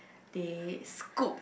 they scoop